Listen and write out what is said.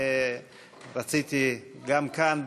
ורציתי גם כאן,